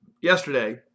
yesterday